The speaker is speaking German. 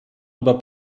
über